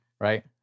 Right